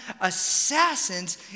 assassins